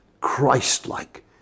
Christ-like